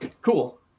cool